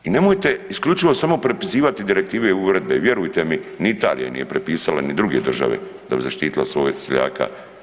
I nemojte isključivo samo prepisivati direktive uredbe, vjerujte mi ni Italija nije prepisala ni druge države da bi zaštitila svoga seljaka.